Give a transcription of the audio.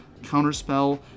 counterspell